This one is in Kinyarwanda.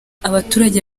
abaturage